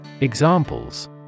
Examples